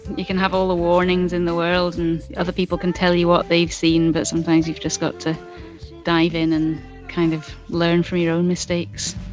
you can have all the warnings in the world, and other people can tell you what they've seen. but sometimes you've just got to dive in and kind of learn from your own mistakes